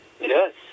Yes